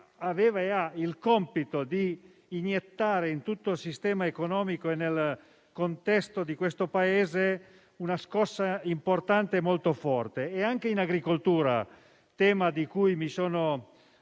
aveva e ha il compito di iniettare in tutto il sistema economico di questo Paese una scossa importante e molto forte. In agricoltura, tema di cui mi occupo